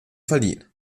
verliehen